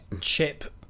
Chip